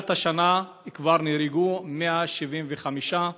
מתחילת השנה כבר נהרגו 175 איש,